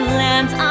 lands